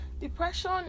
Depression